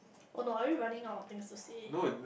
oh no are we running out of things to say